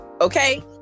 Okay